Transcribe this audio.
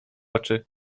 oczy